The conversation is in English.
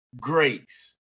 grace